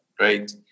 right